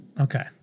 Okay